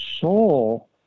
soul